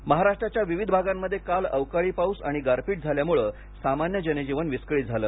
पाऊस महाराष्ट्राच्या विविध आगांमध्ये काल अवकाळी पाऊस आणि गारपीट झाल्यामुळे सामान्य जनजीवन विस्कळीत झालं